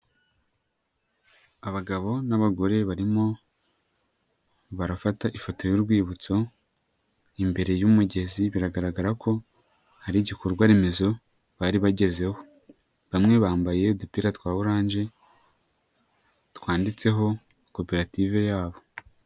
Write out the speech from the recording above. Abagabo n'abagore barimo barafata ifoto y'urwibutso, imbere y'umugezi biragaragara ko hari igikorwa remezo bari bagezeho, bamwe bambaye udupira twa oranje twanditseho koperative yabo.